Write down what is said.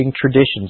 traditions